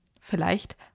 Vielleicht